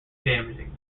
damaging